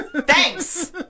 Thanks